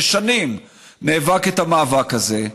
ששנים נאבק את המאבק הזה,